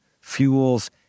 fuels